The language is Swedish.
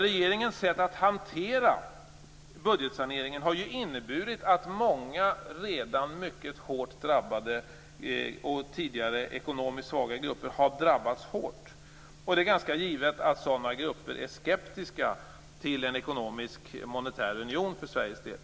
Regeringens sätt att hantera budgetsaneringen har ju inneburit att många redan mycket hårt drabbade och tidigare ekonomiskt svaga grupper har drabbats hårt. Det är ganska givet att sådana grupper är skeptiska till en ekonomisk monetär union för Sveriges del.